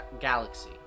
galaxy